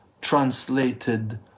translated